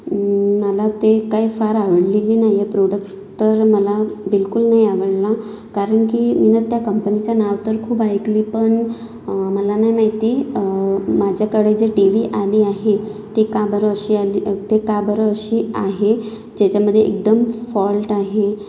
मला ते काही फार आवडलेली नाही आहे प्रॉडक्ट तर मला बिलकुल नाही आवडला कारण की मी त्या कंपनीचं नाव तर खूप ऐकले पण मला नाही माहिती माझ्याकडे जे टी व्ही आली आहे ते का बरं अशी आली ते का बरं अशी आहे ज्याच्यामध्ये एकदम फॉल्ट आहे